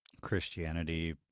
Christianity